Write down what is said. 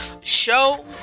show